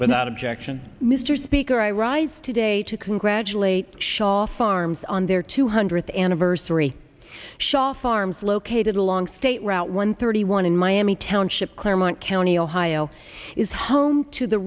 but not objection mr speaker i rise today to congratulate shaw farms on their two hundredth anniversary shaw farms located along state route one thirty one in miami township clermont county ohio is home to the